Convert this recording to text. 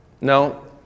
No